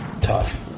Tough